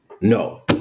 no